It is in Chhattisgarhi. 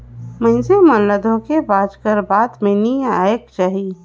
मइनसे मन ल धोखेबाज कर बात में नी आएक चाही